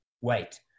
wait